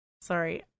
sorry